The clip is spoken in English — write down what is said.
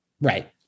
Right